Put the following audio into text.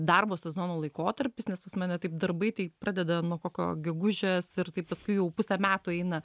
darbo sezono laikotarpis nes pas mane taip darbai tai pradeda nuo kokio gegužės ir kaip paskui jau pusę metų eina